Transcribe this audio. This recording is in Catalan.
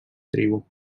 tribu